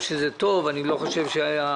אני לא חושב שזה טוב,